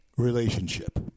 relationship